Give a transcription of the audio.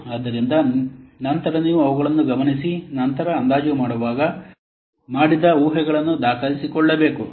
ಆದ್ದರಿಂದ ನಂತರ ನೀವು ಅವುಗಳನ್ನು ಗಮನಿಸಿ ನಂತರ ಅಂದಾಜು ಮಾಡುವಾಗ ಮಾಡಿದ ಊಹೆಗಳನ್ನು ದಾಖಲಿಸಿಕೊಳ್ಳಬೇಕು